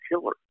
killer